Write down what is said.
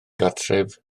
gartref